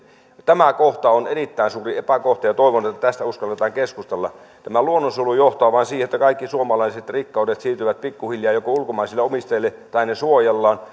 tämä kohta on erittäin suuri epäkohta ja toivon että tästä uskalletaan keskustella tämä luonnonsuojelu johtaa vain siihen että kaikki suomalaiset rikkaudet joko siirtyvät pikkuhiljaa ulkomaisille omistajille tai suojellaan